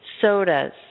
sodas